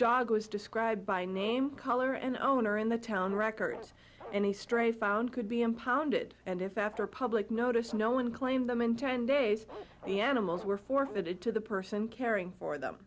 dog was described by name color and owner in the town records any stray found could be impounded and if after public notice no one claimed them in ten days the animals were forfeited to the person caring for them